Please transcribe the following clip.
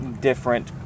different